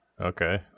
Okay